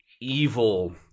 evil